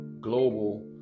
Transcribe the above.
global